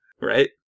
right